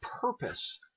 purpose